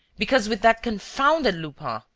because, with that confounded lupin,